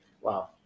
Wow